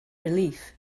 relief